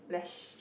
leash